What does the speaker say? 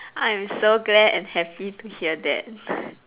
I am so glad and happy to hear that